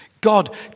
God